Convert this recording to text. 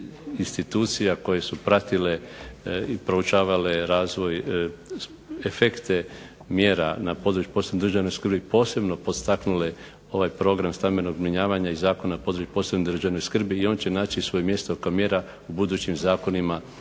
institucija koje su pratile i proučavale razvoj, efekte mjera na području posebne državne skrbi posebno potaknule ovaj Program stambenog zbrinjavanja i Zakona o području o posebnoj državnoj skrbi i on će naći svoje mjesto kao mjera u budućim zakonima